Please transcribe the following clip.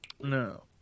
No